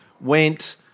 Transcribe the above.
Went